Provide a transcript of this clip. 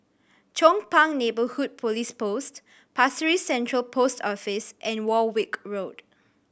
Chong Pang Neighbourhood Police Post Pasir Ris Central Post Office and Warwick Road